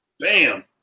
Bam